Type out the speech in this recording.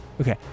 Okay